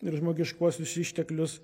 ir žmogiškuosius išteklius